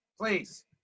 Please